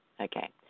Okay